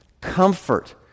comfort